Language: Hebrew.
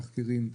תחקירים,